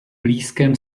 blízkém